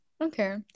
okay